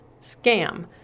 scam